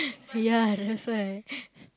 ya that's why